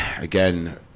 again